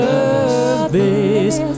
Service